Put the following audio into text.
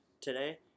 today